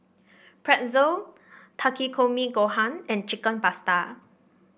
Pretzel Takikomi Gohan and Chicken Pasta